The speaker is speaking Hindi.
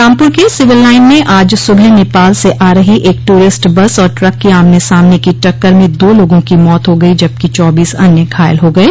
रामपुर के सिविल लाइन में आज सुबह नेपाल से आ रही एक टूरिस्ट बस और ट्रक की आमने सामने की टक्कर में दो लोगों की मौत हो गई जबकि चौबीस अन्य घायल हो गये